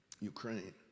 Ukraine